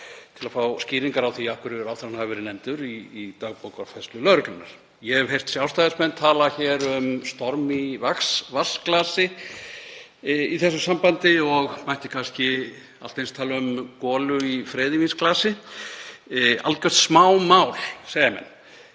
til að fá skýringar á því af hverju ráðherra hafi verið nefndur í dagbókarfærslu lögreglunnar. Ég hef heyrt Sjálfstæðismenn tala um storm í vatnsglasi í þessu sambandi og mætti kannski allt eins tala um golu í freyðivínsglasi — algjört smámál, segja menn.